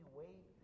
wait